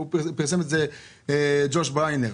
פרסם את זה ג'וש בריינר.